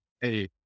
Hey